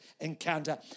encounter